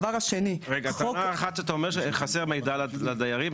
אתה אומר שחסר מידע לדיירים,